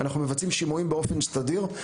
אנחנו מבצעים שימועים באופן סדיר.